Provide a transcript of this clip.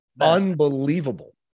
Unbelievable